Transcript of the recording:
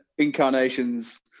Incarnations